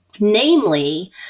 namely